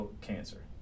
cancer